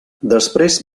després